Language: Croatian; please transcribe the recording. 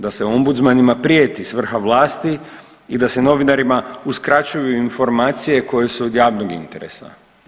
Da se ombudsmanima prijeti s vrha vlasti i da se novinarima uskraćuju informacije koje su od javnog interesa.